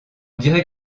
dirait